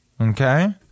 Okay